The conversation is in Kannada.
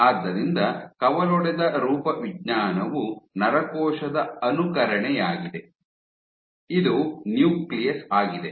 ಆದ್ದರಿಂದ ಕವಲೊಡೆದ ರೂಪವಿಜ್ಞಾನವು ನರಕೋಶದ ಅನುಕರಣೆಯಾಗಿದೆ ಇದು ನ್ಯೂಕ್ಲಿಯಸ್ ಆಗಿದೆ